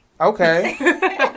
Okay